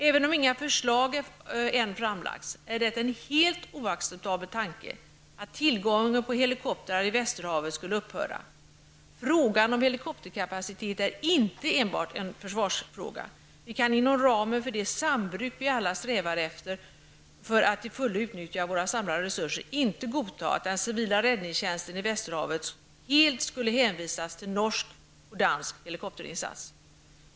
Även om inga förslag ännu har framlagts, är det en helt oacceptabel tanke att tillgången på helikoptrar i Västerhavet skulle upphöra. Frågan om helikopterkapacitet är inte enbart en försvarsfråga. Vi kan inom ramen för det sambruk vi alla strävar efter för att till fullo utnyttja våra samlade resurser inte godta att den civila räddningstjänsten i Västerhavet helt skulle hänvisas till norsk och dansk helikopterinsats.